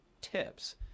tips